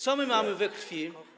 Co my mamy we krwi?